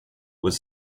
was